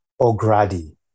O'Grady